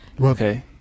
Okay